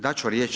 Dat ću riječ.